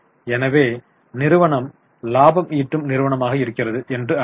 எனவே நிறுவனம் லாபம் ஈட்டும் நிறுவனமாக இருக்கிறது என்று அர்த்தம்